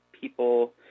people